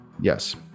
Yes